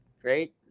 Great